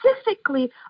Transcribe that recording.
specifically